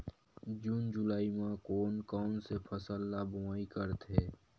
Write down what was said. जून जुलाई म कोन कौन से फसल ल बोआई करथे?